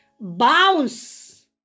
Bounce